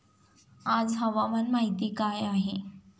आज हवामान माहिती काय आहे?